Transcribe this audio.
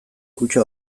kutxa